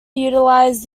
utilized